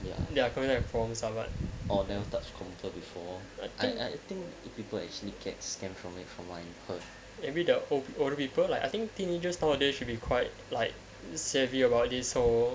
ya they are coming from someone or never touch control before I think people actually get scanned from a from wine for maybe the older people like I think teenagers nowadays should be quite like the savvy about this so